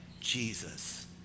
Jesus